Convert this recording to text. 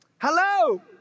Hello